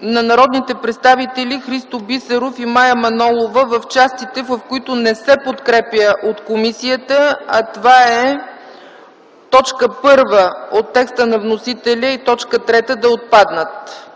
на народните представители Христо Бисеров и Мая Манолова в частта, която не се подкрепя от комисията, а това са т. 1 от текста на вносителя и т. 3 – да отпаднат.